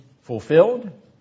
fulfilled